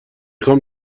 خوام